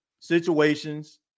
situations